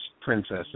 princesses